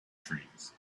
trees